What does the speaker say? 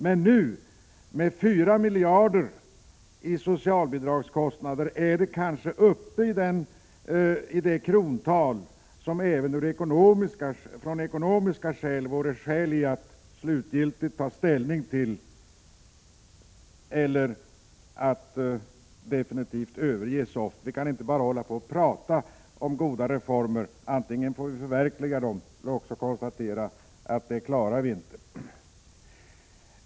Men nu, med 4 miljarder kronor i socialbidragskostnader, är vi kanske uppe i det krontal som gör att det även från ekonomiska synpunkter finns skäl att slutgiltigt ta ställning till SOFT, eventuellt överge SOFT. Vi kan inte bara prata om goda reformer. Antingen får vi förverkliga dem eller också konstatera att vi inte klarar det.